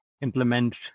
implement